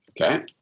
Okay